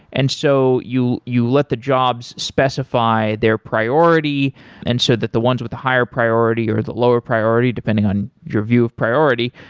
and so you you let the jobs specify their priority and so that the ones with a higher priority or the lower priority depending on your view of priority,